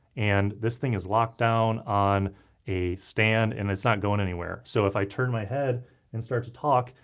and this thing is locked down on a stand and it's not going anywhere. so if i turn my head and start to talk,